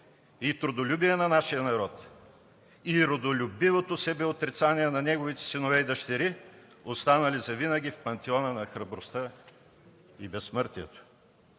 и трудолюбие на нашия народ или родолюбивото себеотрицание на неговите синове и дъщери, останали завинаги в пантеона на храбростта и безсмъртието.